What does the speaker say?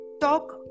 talk